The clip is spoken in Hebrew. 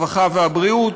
הרווחה והבריאות,